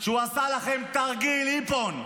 שהוא עשה לכם תרגיל איפון,